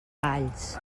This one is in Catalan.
valls